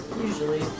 Usually